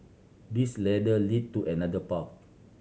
this ladder lead to another path